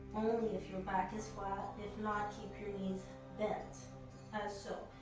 only if your back is flat. if not, keep your knees bent as so.